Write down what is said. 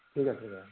ঠিক আছে বাৰু